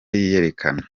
yiyerekana